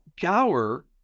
Gower